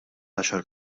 għaxar